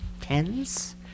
Tens